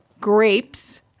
grapes